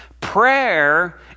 Prayer